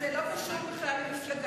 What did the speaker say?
זה לא קשור בכלל למפלגה.